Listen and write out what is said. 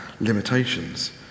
limitations